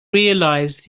realise